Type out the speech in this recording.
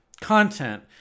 content